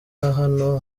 hano